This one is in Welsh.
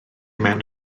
mewn